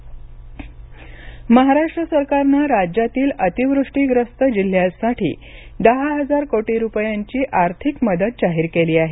महाराष्ट् नकसान भरपाई महाराष्ट्र सरकारनं राज्यातील अतिवृष्टीप्रस्त जिल्ह्यासाठी दहा हजार कोटी रुपयांची आर्थिक मदत जाहीर केली आहे